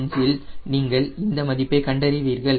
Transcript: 5 இல் நீங்கள் இந்த மதிப்பை கண்டறிவீர்கள்